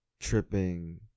tripping